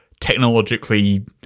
technologically